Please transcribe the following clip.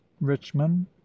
richmond